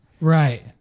right